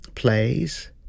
Plays